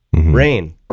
rain